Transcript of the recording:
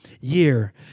year